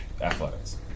athletics